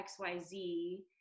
xyz